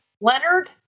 Leonard